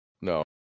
No